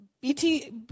BT